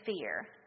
fear